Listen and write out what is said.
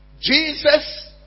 Jesus